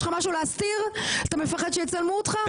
יש לך משהו להסתיר שאתה מפחד שיצלמו אותך?